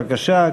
בבקשה.